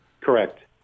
Correct